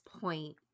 point